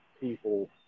people